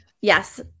Yes